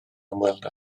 ymweld